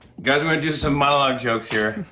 guys, i'm gonna do some monologue jokes here,